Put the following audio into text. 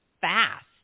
fast